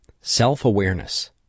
Self-Awareness